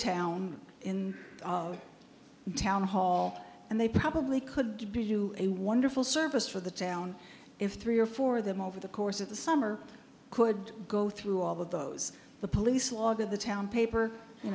town in town hall and they probably could be do a wonderful service for the town if three or four of them over the course of the summer could go through all of those the police law that the town paper